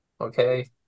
Okay